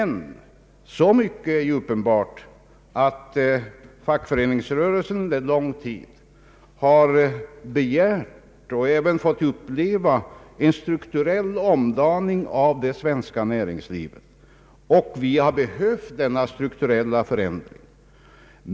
I alla fall är det uppenbart att fackföreningsrörelsen under lång tid har begärt och även fått uppleva en strukturell omdaning av det svenska näringslivet; och vi har behövt denna strukturella förändring.